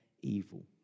evil